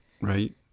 Right